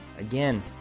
again